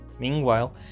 Meanwhile